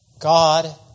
God